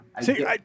See